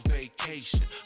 vacation